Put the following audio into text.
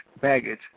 baggage